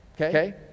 Okay